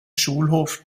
schulhof